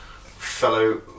Fellow